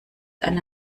eine